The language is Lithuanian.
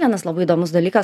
vienas labai įdomus dalykas